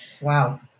Wow